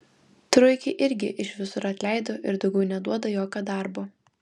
truikį irgi iš visur atleido ir daugiau neduoda jokio darbo